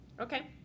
Okay